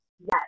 Yes